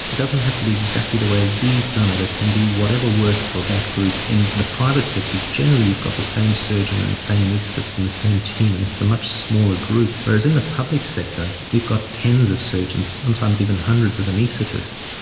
it doesn't have to be exactly the way we've done it, it can be whatever works for that group. in the private sector generally you've got the same surgeon and the same anaesthetist and the same team and it's a much smaller group, whereas in the public sector we've got tens of surgeons, sometimes even hundreds of anaesthetists,